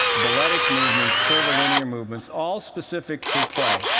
balletic movements, curvilinear movements all specific to play.